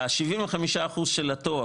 ל-75% של התור